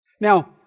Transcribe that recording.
Now